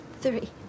Three